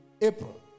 April